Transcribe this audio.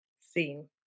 seen